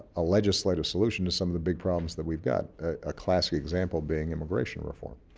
ah legislative solution to some of the big problems that we've got a classic example being immigration reform,